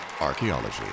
Archaeology